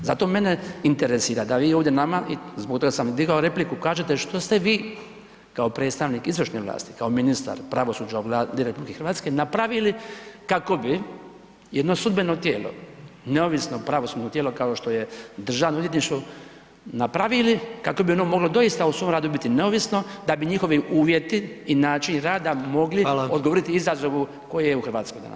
Zato mene interesira da vi ovdje nama i zbog toga sam digao repliku kažete što ste vi kao predstavnik izvršne vlasti, kao ministar pravosuđa u Vladi RH napravili kako bi jedno sudbeno tijelo, neovisno pravosudno tijelo kao što je Državno odvjetništvo napravili kako bi ono moglo doista u svom radu biti neovisno da bi njihovi uvjeti i način rada mogli [[Upadica: Hvala.]] odgovoriti izazovu koji je u Hrvatskoj danas.